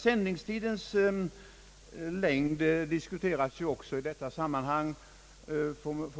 Sändningstidens längd har naturligtvis i detta sammanhang betydelse —